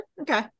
okay